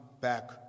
back